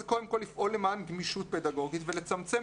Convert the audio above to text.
זה קודם כל לפעול למען גמישות פדגוגית ולצמצם